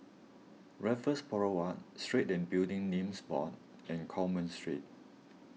Raffles Boulevard Street and Building Names Board and Coleman Street